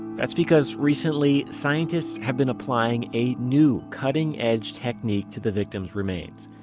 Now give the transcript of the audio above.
that's because recently, scientists have been applying a new cutting edge technique to the victims' remains.